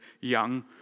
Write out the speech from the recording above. young